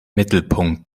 mittelpunkt